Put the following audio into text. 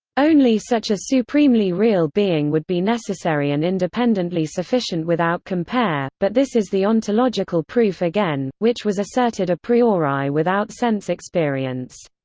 only such a supremely real being would be necessary and independently sufficient without compare, but this is the ontological proof again, again, which was asserted a priori without sense experience.